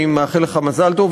אני מאחל לך מזל טוב,